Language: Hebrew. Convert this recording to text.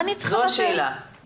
זאת השאלה.